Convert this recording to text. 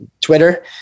Twitter